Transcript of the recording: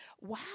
Wow